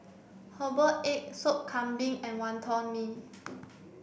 herbal egg soup Kambing and Wonton Mee